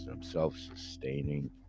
self-sustaining